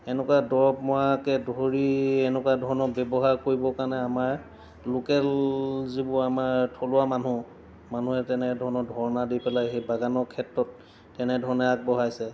তেনেকুৱা দৰৱ মৰাকে ধৰি এনেকুৱা ধৰণৰ ব্যৱহাৰ কৰিবৰ কাৰণে আমাৰ লোকেল যিবোৰ আমাৰ থলুৱা মানুহ মানুহে তেনেধৰণৰ ধৰ্ণা দি পেলাই সেই বাগানৰ ক্ষেত্ৰত তেনেধৰণে আগবঢ়াইছে